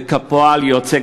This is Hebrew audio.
וכפועל יוצא,